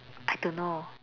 I don't know